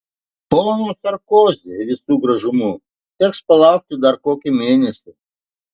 pono sarkozi visu gražumu teks palaukti dar kokį mėnesį